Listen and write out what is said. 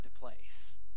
place